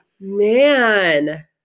Man